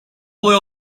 kolay